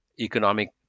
economic